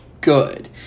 good